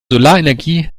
solarenergie